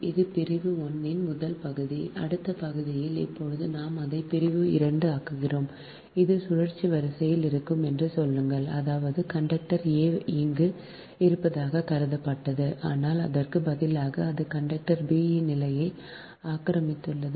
இது பிரிவு 1 இன் முதல் பகுதி அடுத்த பகுதியில் இப்போது நாம் அதை பிரிவு 2 ஆக்குகிறோம் அது சுழற்சி வரிசையில் இருக்கும் என்று சொல்லுங்கள் அதாவது கண்டக்டர் a இங்கு இருப்பதாகக் கருதப்பட்டது ஆனால் அதற்குப் பதிலாக அது கண்டக்டர் b இன் நிலையை ஆக்கிரமித்துள்ளது